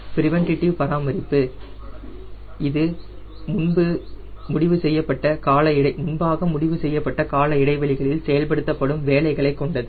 preventive பராமரிப்பு இது முன்பாக முடிவு செய்யப்பட்ட கால இடைவெளிகளில் செயல்படுத்தப்படும் வேலைகளைக் கொண்டது